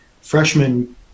freshman